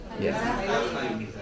Yes